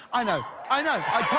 i know, i know,